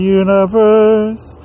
universe